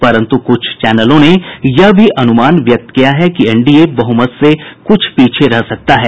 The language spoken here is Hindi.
परन्तु कुछ चैनलों ने यह अनुमान भी व्यक्त किया है कि एनडीए बहुमत से कुछ पीछे रह सकता है